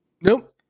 Nope